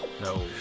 No